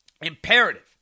imperative